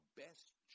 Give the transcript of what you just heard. best